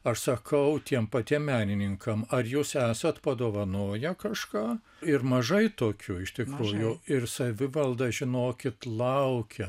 aš sakau tiem patiem menininkam ar jūs esate padovanoję kažką ir mažai tokių iš tikrųjų ir savivalda žinokit laukia